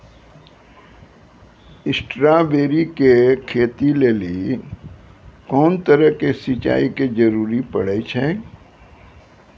Strawberry के खेती लेली कोंन तरह के सिंचाई के जरूरी पड़े छै?